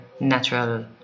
natural